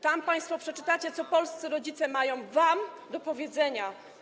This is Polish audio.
Tam państwo przeczytacie, co polscy rodzice mają wam do powiedzenia.